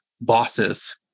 bosses